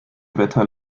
wetter